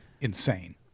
insane